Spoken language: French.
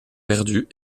perdue